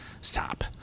Stop